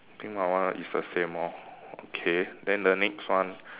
I think my one is the same lor okay then the next one